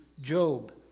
Job